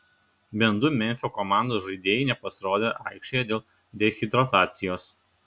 bent du memfio komandos žaidėjai nepasirodė aikštėje dėl dehidratacijos